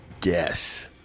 guess